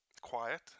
Quiet